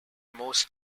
most